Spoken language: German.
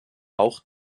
auch